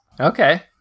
Okay